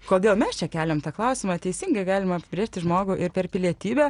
kodėl mes čia keliam tą klausimą teisingai galima apibrėžti žmogų ir per pilietybę